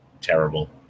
terrible